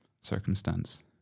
circumstance